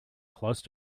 close